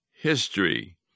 history